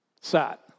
sat